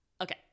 Okay